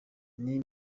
nti